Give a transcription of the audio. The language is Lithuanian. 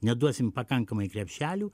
neduosim pakankamai krepšelių